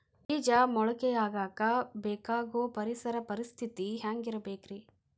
ಬೇಜ ಮೊಳಕೆಯಾಗಕ ಬೇಕಾಗೋ ಪರಿಸರ ಪರಿಸ್ಥಿತಿ ಹ್ಯಾಂಗಿರಬೇಕರೇ?